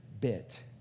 bit